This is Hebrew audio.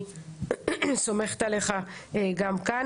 אני סומכת עליך גם כאן.